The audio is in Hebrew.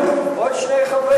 עוד שני חברי כנסת בצד שלהם.